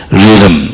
rhythm